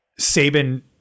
Saban